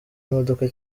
imodoka